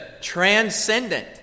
transcendent